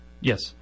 Yes